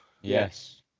Yes